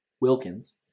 Wilkins